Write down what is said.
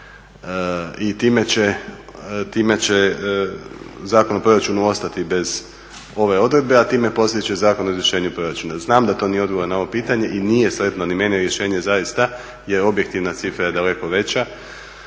I time će Zakon o proračunu ostati bez ove odredbe, a time …/Govornik se ne razumije./… će Zakon o izvršenju proračuna. Znam da to nije odgovor na ovo pitanje i nije sretno ni meni rješenje zaista, jer objektivna cifra je daleko veća.